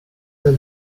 del